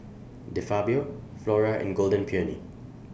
De Fabio Flora and Golden Peony